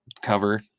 cover